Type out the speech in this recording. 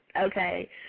Okay